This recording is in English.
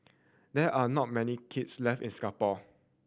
there are not many kilns left in Singapore